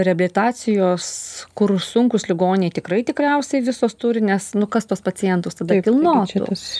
reabilitacijos kur sunkūs ligoniai tikrai tikriausiai visos turi nes nu kas tuos pacientus tada kilnotų